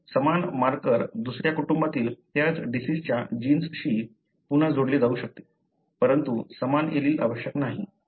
आता समान मार्कर दुसऱ्या कुटुंबातील त्याच डिसिजच्या जीनशी पुन्हा जोडले जाऊ शकते परंतु समान एलील आवश्यक नाही